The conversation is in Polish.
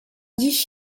dziś